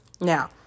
now